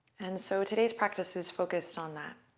and so today's practice is focused on that.